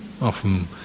Often